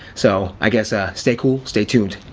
so, i guess ah stay cool, stay tuned!